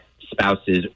spouses